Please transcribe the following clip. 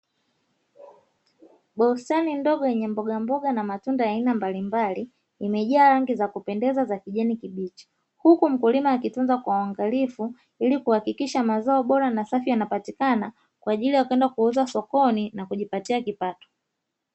Bustani ndogo yenye mbogamboga na matunda aya aina mbalimbali imejaa rangi za kupendeza za kijani kibichi, huku mkulima akitunza kwa uangalifu ili kuhakikisha mazao bora na safi yanapatikana kwa ajili ya kwenda kuuza sokoni, na kujipatia kipato.